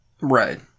Right